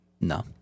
No